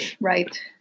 Right